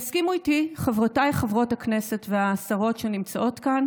יסכימו איתי חברותיי חברות הכנסת והשרות שנמצאות כאן